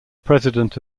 president